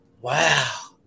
Wow